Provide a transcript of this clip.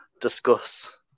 discuss